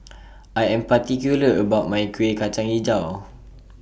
I Am particular about My Kueh Kacang Hijau